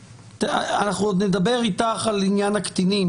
אנחנו עוד נדבר איתך על עניין הקטינים,